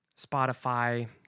Spotify